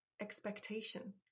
Expectation